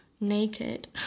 naked